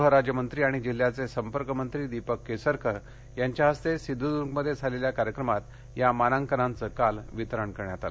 गृहराज्य मंत्री आणि जिल्ह्याचे संपर्क मंत्री दीपक केसरकर यांच्या हस्ते सिंधूद्र्गमध्ये झालेल्या कार्यक्रमात या मानांकनांच काल वितरण करण्यात आलं